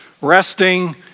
resting